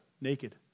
naked